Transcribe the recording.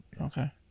Okay